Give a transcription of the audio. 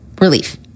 relief